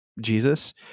Jesus